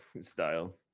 style